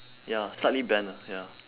ya slightly bent lah ya